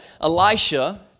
Elisha